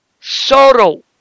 sorrow